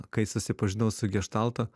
kai susipažinau su geštalto